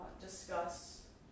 discuss